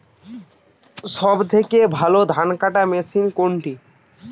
সবথেকে ভালো ধানকাটা মেশিন কোনটি?